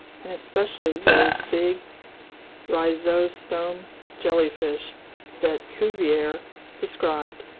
and especially those big rhizostome jellyfish that cuvier described,